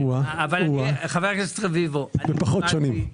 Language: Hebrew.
אוהה, אוהה, בפחות שנים.